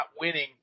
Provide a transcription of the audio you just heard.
winning